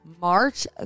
March